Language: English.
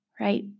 right